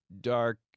dark